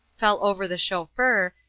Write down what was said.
fell over the chauffeur,